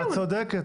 את צודקת.